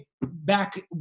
back